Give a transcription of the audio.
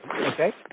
okay